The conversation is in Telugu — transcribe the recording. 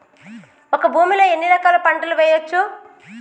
ఒక భూమి లో ఎన్ని రకాల పంటలు వేయచ్చు?